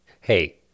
Hey